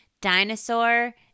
dinosaur